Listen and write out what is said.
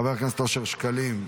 חבר הכנסת אושר שקלים,